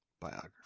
Biography